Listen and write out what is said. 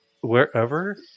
Wherever